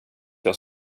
jag